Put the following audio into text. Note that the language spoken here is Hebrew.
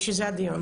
בשביל זה הדיון,